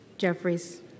Jeffries